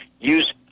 Use